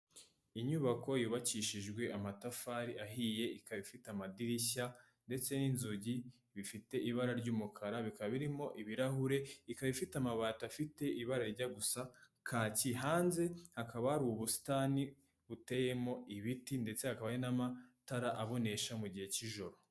Inyubako yubakishijwe amatafari ahiye, ikaba ifite amadirishya ndetse n'inzugi bifite ibara ry'umukara, ikaba birimo ibirahure, ikaba ifite amabati afite ibara rijya gusa kaki, hanze hakaba hari ubusitani buteyemo ibiti ndetse hakaba hari n'amatara abonesha mu gihe cy'ijoro.